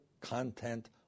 content